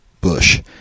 bush